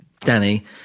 Danny